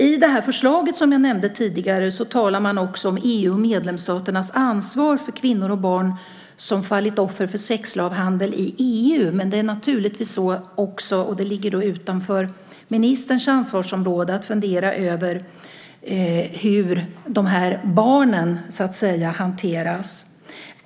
I det förslag som jag nämnde tidigare talar man också om EU:s och medlemsstaternas ansvar för kvinnor och barn som fallit offer för sexslavhandel i EU. Men det ligger naturligtvis utanför ministerns ansvarsområde att fundera över hur de här barnen så att säga hanteras.